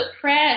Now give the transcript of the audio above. press